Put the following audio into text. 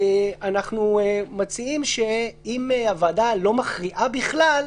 אנחנו מציעים שאם הוועדה לא מכריעה בכלל,